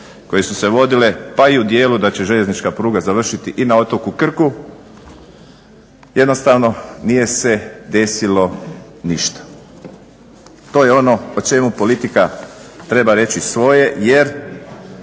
koje su se vodile pa i u dijelu da će željeznička pruga završiti i na otoku Krku jednostavno nije se desilo ništa. To je ono o čemu politika treba reći svoje jer